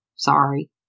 Sorry